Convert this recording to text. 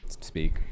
speak